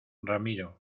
ramiro